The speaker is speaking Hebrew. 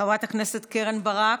חברת הכנסת קרן ברק.